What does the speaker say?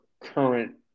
current